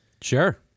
Sure